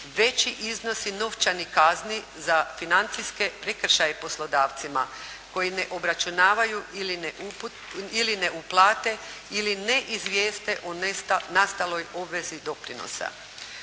veći iznosi novčanih kazni za financijske prekršaje poslodavcima koji ne obračunavaju ili ne uplate ili ne izvijeste o nastaloj obvezi doprinosa.